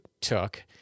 took